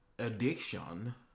Addiction